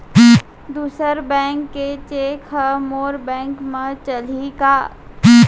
दूसर बैंक के चेक ह मोर बैंक म चलही का?